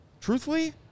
truthfully